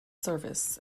service